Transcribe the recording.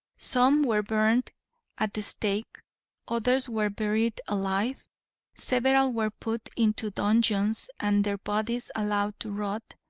some were burned at the stake others were buried alive several were put into dungeons and their bodies allowed to rot